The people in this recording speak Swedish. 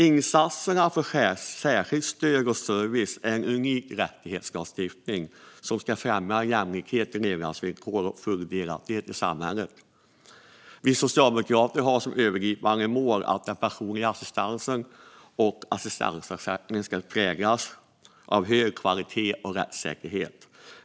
Insatserna för särskilt stöd och särskild service är en unik rättighetslag som ska främja jämlikhet i levnadsvillkor och full delaktighet i samhällslivet. Vi socialdemokrater har som övergripande mål att den personliga assistansen och assistansersättning ska präglas av hög kvalitet och rättssäkerhet.